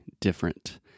different